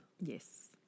Yes